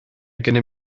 gennym